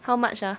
how much ah